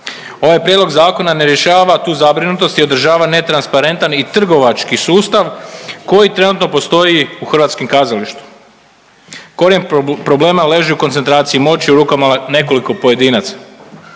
Ovaj prijedlog zakona ne rješava tu zabrinutost i održava netransparentan i trgovački sustav koji trenutno postoji u hrvatskom kazalištu. Korijen problema leži u koncentraciji moći u rukama nekoliko pojedinaca.